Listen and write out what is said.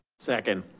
second.